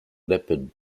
leopard